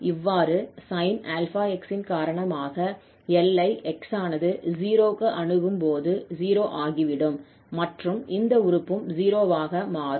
இவ்வாறு sin 𝛼𝑥 ன் காரணமாக எல்லை x ஆனது 0 அணுகும்போது 0 ஆகிவிடும் மற்றும் இந்த உறுப்பும் 0 ஆக மாறும்